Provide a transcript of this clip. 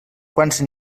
quants